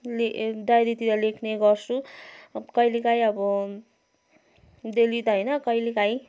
ले डायरीतिर लेख्ने गर्छु कहिले कहीँ अब डेली त होइन कहिले कहीँ